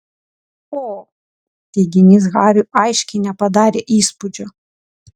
o teiginys hariui aiškiai nepadarė įspūdžio